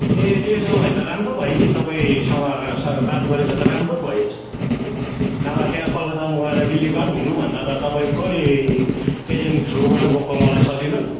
ए त्यसो भए त राम्रो भयो नि तपाईँसँग बात गरेको त राम्रो पो भएछ नभए त्यहाँ कलकत्तामा गएर बिल्लिबाठ हुनुभन्दा त तपाईँकै एजेन्ट थ्रूबाट गएको मलाई सजिलो नि